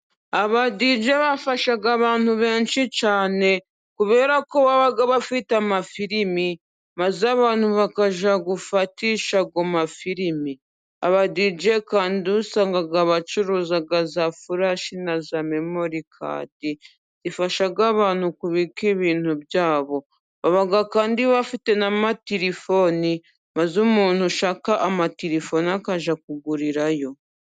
Aba dj bafashaga abantu benshi cyane kubera ko baba bafite amafilimi ,maze abantu bakajya gufatishayo amafilimi, aba dj usanga bacuruza za fulashi ,na ja memoricadi ifasha nk'abantu kubika ibintu byabo, kandi bafite na materefoni, maze umuntu ushaka amaterefoni akajya kugurirayo.